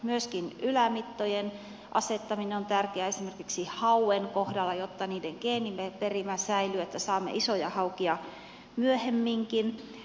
myöskin ylämittojen asettaminen on tärkeää esimerkiksi hauen kohdalla jotta niiden geeniperimä säilyy saamme isoja haukia myöhemminkin